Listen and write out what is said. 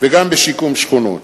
וגם בשיקום שכונות.